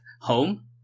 home